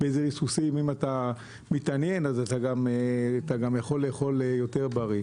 ואם אתה מתעניין אתה יכול לאכול יותר בריא.